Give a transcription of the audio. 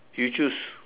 you choose